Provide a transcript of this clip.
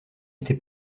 été